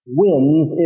wins